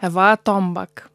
eva tombak